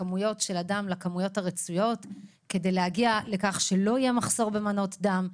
כמויות הדם לכמויות הרצויות כדי להגיע לכך שלא יהיה מחסור במנות דם.